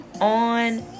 On